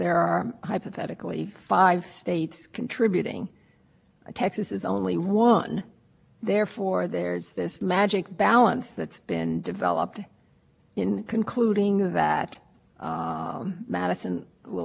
other problem i think that is if you the problem with saying that you can just increase taxes is emissions budget is really twofold the first is what you do with the other states who are linked to madison who are paying the twenty three